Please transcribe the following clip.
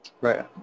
right